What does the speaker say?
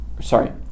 sorry